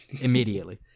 immediately